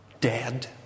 dead